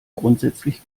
grundsätzlich